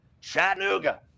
Chattanooga